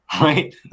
right